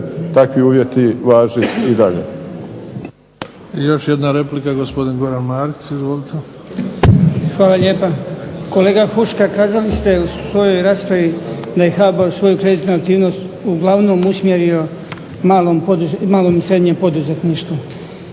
takvi uvjeti važe i dalje.